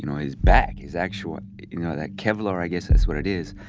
you know his back, his actual you know, that kevlar, i guess that's what it is.